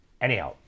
Anyhow